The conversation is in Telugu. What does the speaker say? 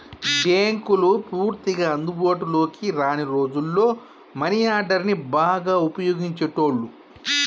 బ్యేంకులు పూర్తిగా అందుబాటులోకి రాని రోజుల్లో మనీ ఆర్డర్ని బాగా వుపయోగించేటోళ్ళు